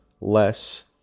less